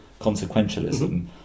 consequentialism